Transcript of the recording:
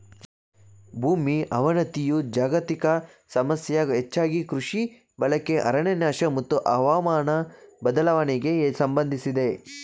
ಭೂಮಿ ಅವನತಿಯು ಜಾಗತಿಕ ಸಮಸ್ಯೆ ಹೆಚ್ಚಾಗಿ ಕೃಷಿ ಬಳಕೆ ಅರಣ್ಯನಾಶ ಮತ್ತು ಹವಾಮಾನ ಬದಲಾವಣೆಗೆ ಸಂಬಂಧಿಸಿದೆ